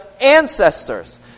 ancestors